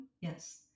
Yes